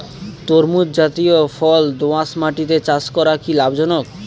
তরমুজ জাতিয় ফল দোঁয়াশ মাটিতে চাষ করা কি লাভজনক?